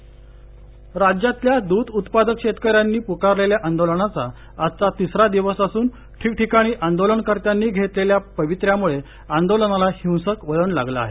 दूध आंदोलन राज्यातल्या दूध उत्पादक शेतकऱ्यांनी पुकारलेल्या आंदोलनाचा आजचा तिसरा दिवस असून ठिकठिकाणी आंदोलनकर्त्यांनी घेतलेल्या पवित्र्यामुळे आंदोलनाला हिंसक वळण लागलं आहे